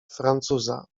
francuza